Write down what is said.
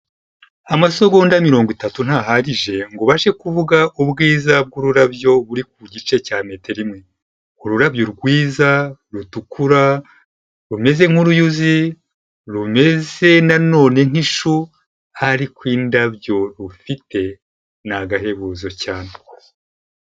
Amasegonda mirongo itatu nti ahagije ngo ubashe kuvuga ubwiza bw'ururabyo buri ku gice cya metero imwe. Ururabyo rwiza rutukura rumeze nk'uruyuzi rumeze na none nk'ishu, ari indabyo rufite ni agahebuzo cyane.